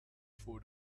for